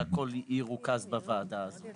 שהכול ירוכז בוועדה הזו.